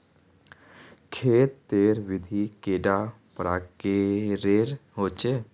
खेत तेर विधि कैडा प्रकारेर होचे?